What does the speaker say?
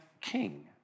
king